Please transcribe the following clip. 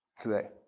today